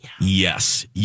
Yes